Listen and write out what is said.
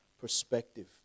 perspective